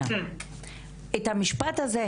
את המשפט הזה,